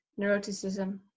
neuroticism